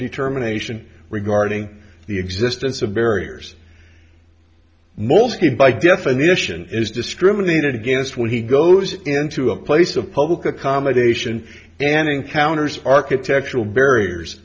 determination regarding the existence of barriers mostly by definition is discriminated against when he goes into a place of public accommodation and encounters architectural barriers